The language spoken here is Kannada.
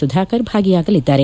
ಸುಧಾಕರ್ ಭಾಗಿಯಾಗಲಿದ್ದಾರೆ